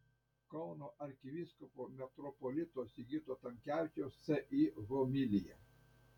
kauno arkivyskupo metropolito sigito tamkevičiaus sj homilija